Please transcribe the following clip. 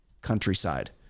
countryside